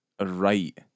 right